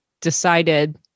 decided